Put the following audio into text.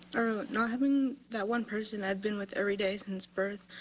not having that one person i have been with every day since birth,